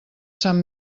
sant